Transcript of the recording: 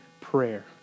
prayer